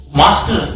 master